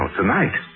tonight